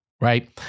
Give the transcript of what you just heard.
right